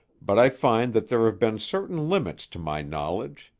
but i find that there have been certain limits to my knowledge.